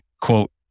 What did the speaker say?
quote